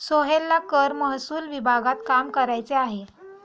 सोहेलला कर महसूल विभागात काम करायचे आहे